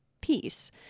peace